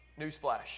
Newsflash